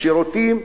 השירותים,